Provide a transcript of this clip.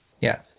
Yes